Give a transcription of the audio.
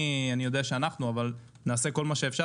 אני יודע שאנחנו נעשה כול מה שאפשר